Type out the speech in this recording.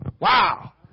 Wow